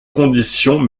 conditions